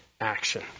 action